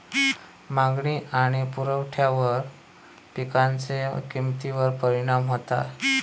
मागणी आणि पुरवठ्यावर पिकांच्या किमतीवर परिणाम होता